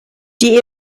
die